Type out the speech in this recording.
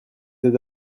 êtes